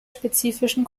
spezifischen